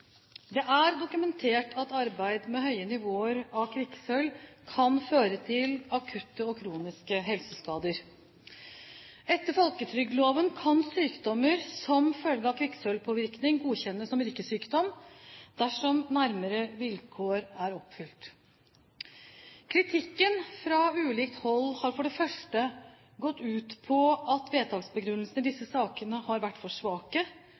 Det er dokumentert at arbeid med høye nivåer av kvikksølv kan føre til akutte og kroniske helseskader. Etter folketrygdloven kan sykdommer som følge av kvikksølvpåvirkning godkjennes som yrkessykdom dersom nærmere vilkår er oppfylt. Kritikken fra ulikt hold har for det første gått ut på at vedtaksbegrunnelsene i disse sakene er for svake,